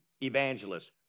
evangelists